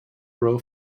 grow